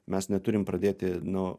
mes neturim pradėti nu